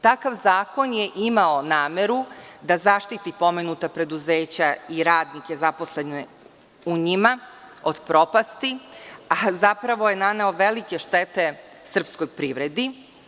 Takav zakon je imao nameru da zaštiti pomenuta preduzeća i radnike zaposlene u njima od propasti, a zapravo je naneo velike štete srpskoj privredi.